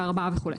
בארבעה וכו'.